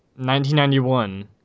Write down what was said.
1991